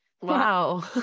Wow